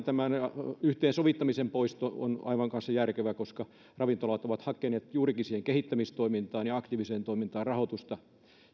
tämän yhteensovittamisen poisto on kanssa aivan järkevää koska ravintolat ovat hakeneet juurikin siihen kehittämistoimintaan ja aktiiviseen toimintaan rahoitusta